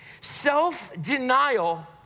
self-denial